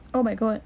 oh my god